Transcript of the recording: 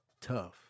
tough